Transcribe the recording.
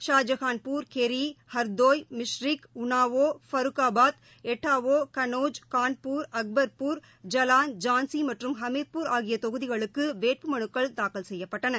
Shahjahanpur Kheri Hardoi Misrikh Unnao Farrukhabad Etawah Kannauj Kanpur Akbarpur Jalaun Jhansi மற்றம் Hamirpur ஆகிய தொகுதிகளுக்கு வேட்புமனுக்கள் தாக்கல் செய்யப்பட்டன